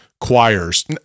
choirs